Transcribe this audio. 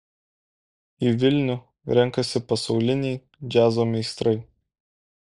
į vilnių renkasi pasauliniai džiazo meistrai